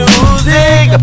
Music